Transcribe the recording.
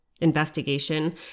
investigation